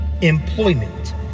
employment